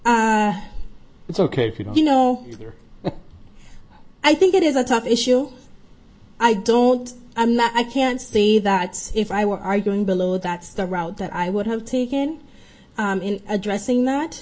don't you know i think it is a tough issue i don't i'm not i can't say that if i were arguing below that's the route that i would have taken in addressing